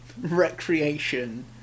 ...recreation